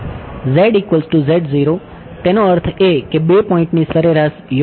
તેનો અર્થ એ કે 2 પોઈન્ટ ની સરેરાશ યોગ્ય છે